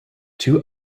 two